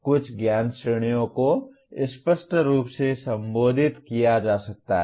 कुछ ज्ञान श्रेणियों को स्पष्ट रूप से संबोधित किया जा सकता है